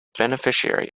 beneficiary